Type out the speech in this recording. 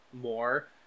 more